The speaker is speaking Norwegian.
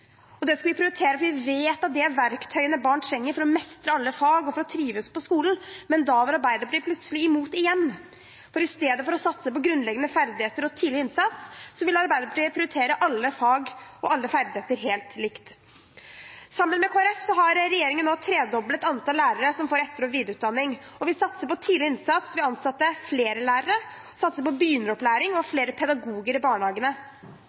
Det skal vi prioritere fordi vi vet at det er verktøyene barn trenger for å mestre alle fag og for å trives på skolen. Men da var Arbeiderpartiet plutselig imot igjen, for istedenfor å satse på grunnleggende ferdigheter og tidlig innsats, ville Arbeiderpartiet prioritere alle fag og alle ferdigheter helt likt. Sammen med Kristelig Folkeparti har regjeringen nå tredoblet antallet lærere som får etter- og videreutdanning. Vi satser på tidlig innsats ved å ansette flere lærere og ved å satse på begynneropplæring og flere pedagoger i barnehagene.